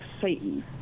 Satan